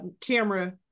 camera